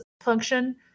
function